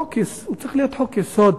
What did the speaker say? הוא צריך להיות חוק-יסוד,